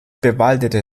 bewaldete